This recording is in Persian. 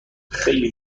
خیلی